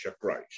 Christ